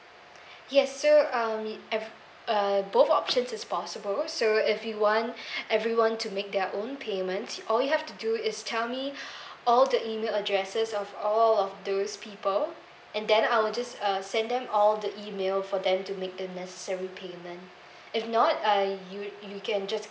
yes so um ev~ uh both options is possible so if you want everyone to make their own payments all you have to do is tell me all the email addresses of all of those people and then I'll just uh send them all the email for them to make the necessary payment if not uh you you can just